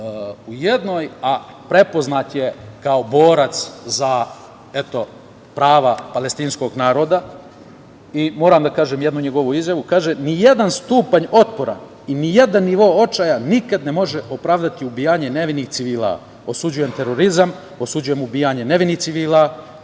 u jednoj, a prepoznat je kao borac za prava palestinskog naroda. Moram da kažem jednu njegovu izjavu koja kaže – nijedan stupanj otpora i nijedan nivo očaja nikada ne može opravdati ubijanje nevinih civila, osuđujem terorizam, osuđujem ubijanje nevinih civila,